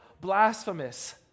blasphemous